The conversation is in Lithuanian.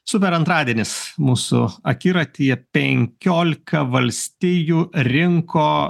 super antradienis mūsų akiratyje penkiolika valstijų rinko